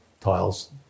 tiles